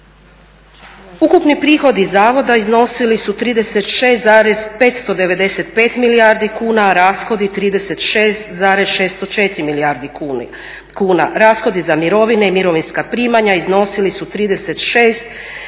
Ukupni prihodi zavoda iznosili su 36,595 milijardi kuna, a rashodi 36,604 milijardi kuna, rashodi za mirovine i mirovinska primanja iznosili su 36,120 milijardi kuna,